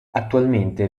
attualmente